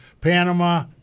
Panama